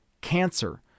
cancer